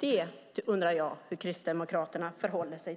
Hur förhåller sig Kristdemokraterna till det?